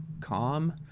Calm